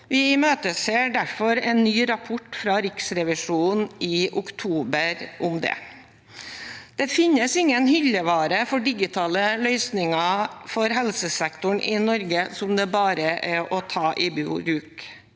Vi imøteser derfor en ny rapport fra Riksrevisjonen i oktober om det. Det finnes ingen hyllevare for digitale løsninger for helsesektoren i Norge som det bare er å ta i bruk.